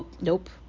Nope